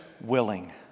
willing